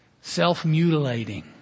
self-mutilating